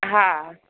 हा